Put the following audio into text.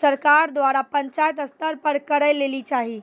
सरकार द्वारा पंचायत स्तर पर करै लेली चाही?